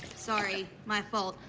sorry, my fault.